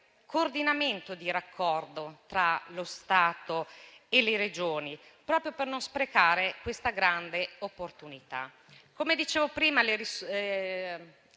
coordinamento di raccordo tra lo Stato e le Regioni, proprio per non sprecare questa grande opportunità.